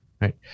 Right